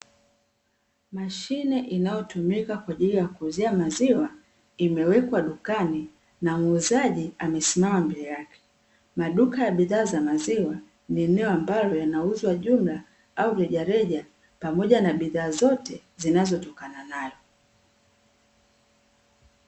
Mashine inayotumika kwa ajili ya kuuzia maziwa imewekwa dukani na muuzaji amesimama mbele yake. Maduka ya bidhaa za maziwa ni eneo ambalo yanauzwa jumla au rejareja, pamoja na bidhaa zote zinazotokana nayo.